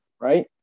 right